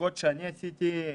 מבדיקות שאני עשיתי,